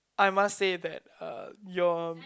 I must say that uh your